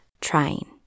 trying